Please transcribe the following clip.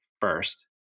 first